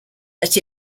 that